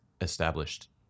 established